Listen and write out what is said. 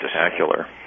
spectacular